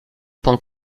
pans